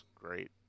great